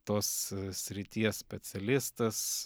tos srities specialistas